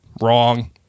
wrong